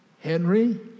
Henry